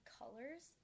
colors